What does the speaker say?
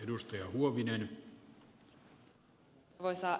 arvoisa herra puhemies